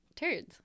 turds